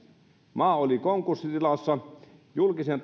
maa oli konkurssitilassa julkisen